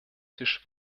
tisch